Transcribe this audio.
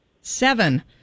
Seven